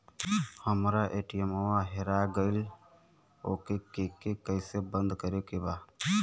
हमरा ए.टी.एम वा हेरा गइल ओ के के कैसे बंद करे के बा?